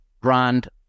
brand